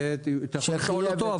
על זה תשאלו אותם,